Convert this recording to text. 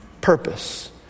purpose